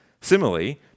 Similarly